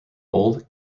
old